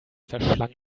verschlang